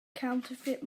counterfeit